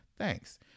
Thanks